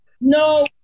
No